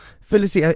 Phyllis